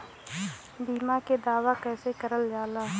बीमा के दावा कैसे करल जाला?